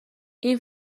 این